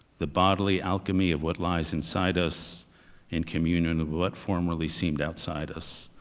the bodily alchemy of what lies inside us in communion of what formerly seemed outside us,